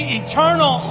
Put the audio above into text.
eternal